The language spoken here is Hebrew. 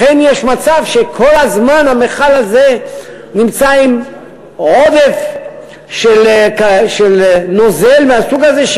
לכן יש מצב שכל הזמן המכל הזה נמצא עם עודף של נוזל מהסוג הזה,